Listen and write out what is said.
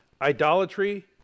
idolatry